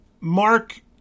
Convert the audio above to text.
Mark